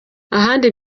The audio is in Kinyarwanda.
ahandi